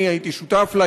אני הייתי שותף לה,